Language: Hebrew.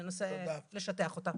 ננסה לשטח אותה.